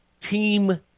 team